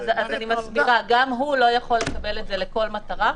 גם הוא לא יכול לקבל את זה לכל מטרה,